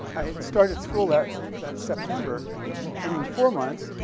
i had started school that that september. and in four months,